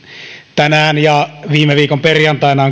tänään ja viime viikon perjantaina